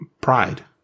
pride